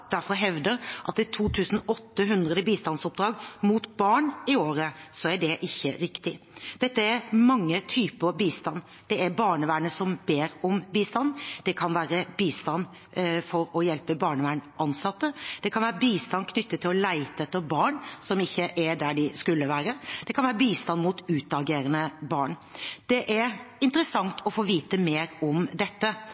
derfor hevder at det er 2 800 bistandsoppdrag mot barn i året, er det ikke riktig. Dette er mange typer bistand. Det er barnevernet som ber om bistand. Det kan være bistand for å hjelpe barnevernsansatte, det kan være bistand knyttet til å lete etter barn som ikke er der de skal være, og det kan være bistand mot utagerende barn. Det er